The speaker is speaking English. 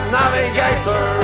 navigator